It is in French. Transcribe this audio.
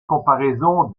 comparaison